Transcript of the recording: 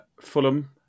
Fulham